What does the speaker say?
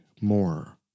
more